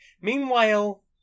Meanwhile